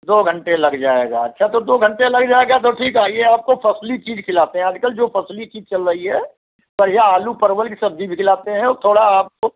दो घंटे लग जाएगा अच्छा तो दो घंटे लग जाएगा तो ठीक है आइए आपको फसली चीज खिलाते आजकल जो फसली चीज चल रही है बढ़ियाँ आलू परवल की सब्जी भी खिलाते हैं और थोड़ा आपको